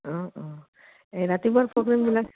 অঁ অঁ এই ৰাতিপুৱা প্ৰগ্ৰেমবিলাক